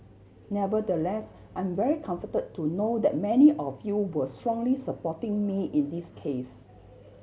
nevertheless I am very comforted to know that many of you were strongly supporting me in this case